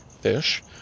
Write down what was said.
Fish